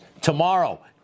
Tomorrow